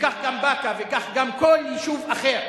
וכך גם באקה, וכך גם כל יישוב אחר.